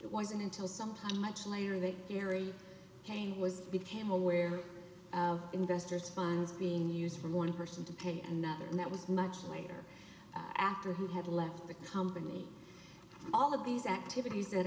it wasn't until sometime much later the theory came was became aware of investors funds being used from one person to pay another and that was much later after who had left the company all of these activities that